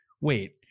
wait